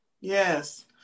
Yes